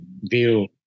view